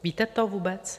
Víte to vůbec?